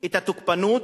את התוקפנות,